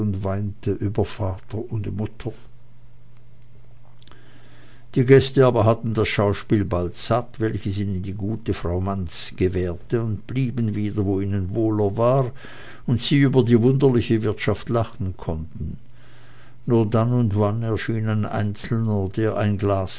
vater und mutter die gäste hatten aber das schauspiel bald satt welches ihnen die gute frau manz gewährte und blieben wieder wo es ihnen wohler war und sie über die wunderliche wirtschaft lachen konnten nur dann und wann erschien ein einzelner der ein glas